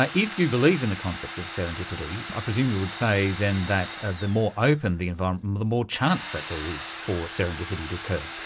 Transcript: if you believe in the concept of serendipity, i presume you would say then that ah the more open the environment the more chance that there is for serendipity to occur.